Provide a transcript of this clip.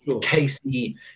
Casey